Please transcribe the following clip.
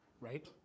right